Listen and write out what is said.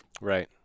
Right